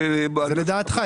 לדעתך.